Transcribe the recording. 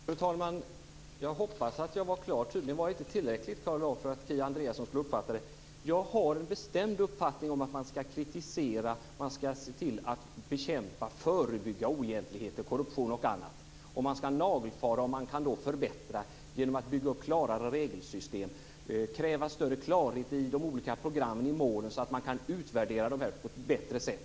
Fru talman! Jag hoppas att jag uttryckte mig klart. Tydligen var jag inte tillräckligt klar för att Kia Andreasson skulle uppfatta det. Jag har en bestämd uppfattning om att man skall kritisera, bekämpa och förebygga oegentligheter, korruption och annat. Man skall nagelfara och se om man kan förbättra genom att bygga upp klarare regelsystem. Man skall kräva större klarhet i de olika programmen i målen så att man kan utvärdera dem på ett bättre sätt.